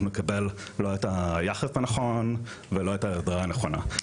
נקבל לא את היחס הנכון ולא את העזרה הנכונה.